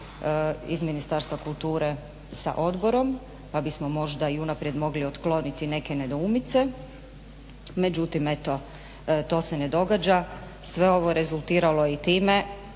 iz Ministarstva kulture sa odborom pa bismo možda i unaprijed mogli otkloniti neke nedoumice. Međutim, eto to se ne događa, sve ovo je rezultiralo i time,